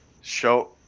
show